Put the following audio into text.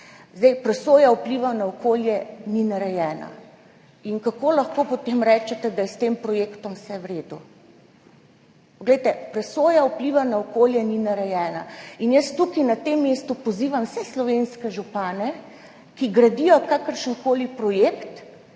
zase. Presoja vplivov na okolje ni narejena in kako lahko potem rečete, da je s tem projektom vse v redu? Poglejte, presoja vplivov na okolje ni narejena in jaz tukaj na tem mestu pozivam vse slovenske župane, ki gradijo kakršenkoli projekt